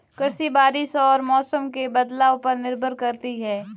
कृषि बारिश और मौसम के बदलाव पर निर्भर करती है